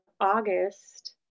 August